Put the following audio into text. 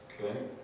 Okay